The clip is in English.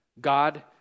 God